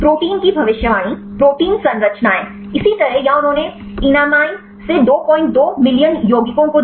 protein की भविष्यवाणी protein संरचनाएं इसी तरह यहां उन्होंने एनमाइन से 22 मिलियन यौगिकों को दिया